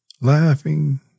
Laughing